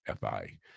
fi